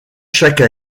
chaque